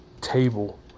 table